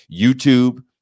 YouTube